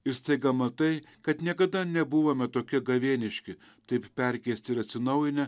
ir staiga matai kad niekada nebuvome tokie gavėniški taip perkeisti ir atsinaujinę